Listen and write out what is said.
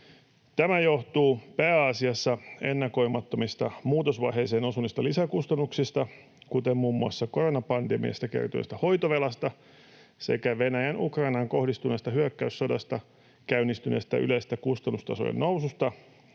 Tämä johtuu pääasiassa ennakoimattomista, muutosvaiheeseen osuneista lisäkustannuksista, kuten muun muassa koronapandemiasta kertyneestä hoitovelasta sekä Venäjän Ukrainaan kohdistuneesta hyökkäyssodasta käynnistyneestä yleisestä kustannustasojen noususta,